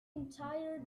entire